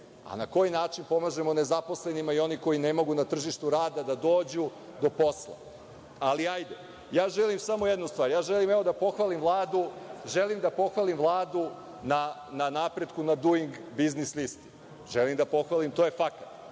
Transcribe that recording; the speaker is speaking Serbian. a na koji način pomažemo nezaposlenima i oni koji ne mogu na tržištu rada da dođu do posla. Ali, hajde. Ja želim samo jednu stvar. Želim, evo, da pohvalim Vladu na napretku na Duing biznis listi. Želim da pohvalim, to je fakat.